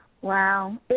Wow